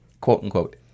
quote-unquote